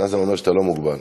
נאזם אומר שאתה לא מוגבל.